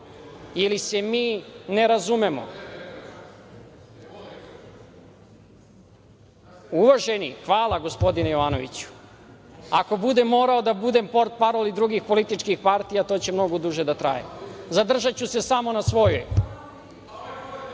ili se mi ne razumemo. Hvala, gospodine Jovanoviću. Ako budem morao da budem portparol i drugih političkih partija, to će mnogo duže da traje. Zadržaću se samo na